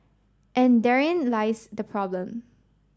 and therein lies the problem